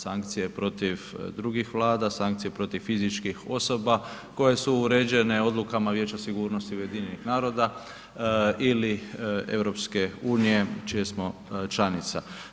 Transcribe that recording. Sankcije protiv drugih vlada, sankcije protiv fizičkih osoba koje su uređene odlukama Vijeća sigurnosti UN-a ili EU čija smo članica.